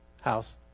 house